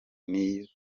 n’iyi